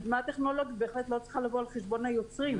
והקדמה הטכנולוגית בהחלט לא צריך לבוא על חשבון היוצרים.